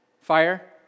Fire